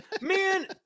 man